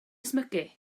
ysmygu